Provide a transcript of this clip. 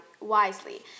wisely